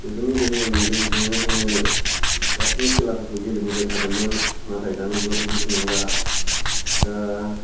बेफोरनि गेजेरजोंनो जोङो दासिम खेलाफोरखौ गेलेबोबाय थादोंमोन नाथाय दानि जुगावथ' बिदि नंला दा